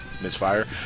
misfire